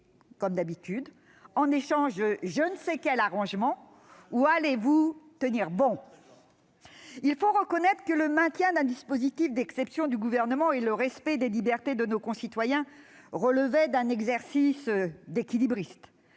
notre genre !... en échange de je ne sais quel arrangement ? Ou bien, allez-vous tenir bon ? Il faut reconnaître que le maintien d'un dispositif d'exception du Gouvernement et le respect des libertés de nos concitoyens relevaient d'un exercice d'équilibriste.